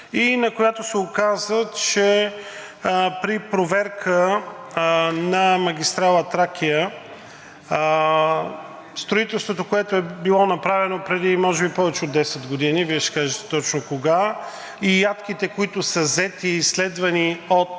и на която се оказа, че при проверка на магистрала „Тракия“ строителството, което е било направено преди може би повече от 10 години, Вие ще кажете точно кога, и ядките, които са взети и изследвани от